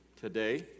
today